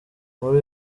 muri